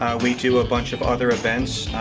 we do a bunch of other events.